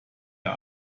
der